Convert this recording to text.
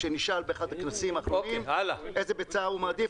כשנשאל באחד הכנסים האחרונים איזה ביצה הוא מעדיף,